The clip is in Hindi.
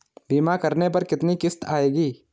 बीमा करने पर कितनी किश्त आएगी?